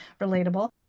Relatable